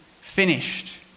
finished